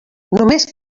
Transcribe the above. només